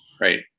right